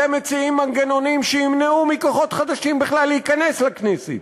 אתם מציעים מנגנונים שימנעו מכוחות חדשים בכלל להיכנס לכנסת.